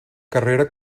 carrera